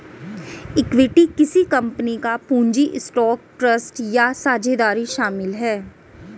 equity किसी company का पूंजी स्टॉक ट्रस्ट या साझेदारी शामिल है